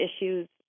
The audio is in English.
issues